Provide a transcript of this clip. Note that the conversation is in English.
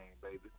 baby